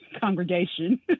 Congregation